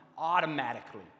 automatically